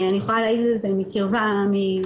אני יכולה להעיד מקרבה ראשונה,